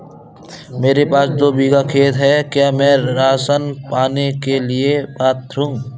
मेरे पास दो बीघा खेत है क्या मैं राशन पाने के लिए पात्र हूँ?